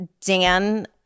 Dan